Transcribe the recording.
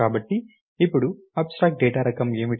కాబట్టి ఇప్పుడు abstract data రకం ఏమిటి